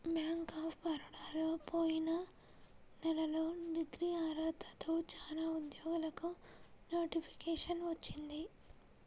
bank of బరోడాలో పోయిన నెలలో డిగ్రీ అర్హతతో చానా ఉద్యోగాలకు నోటిఫికేషన్ వచ్చింది